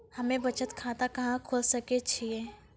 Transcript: हम्मे बचत खाता कहां खोले सकै छियै?